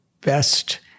best